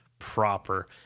proper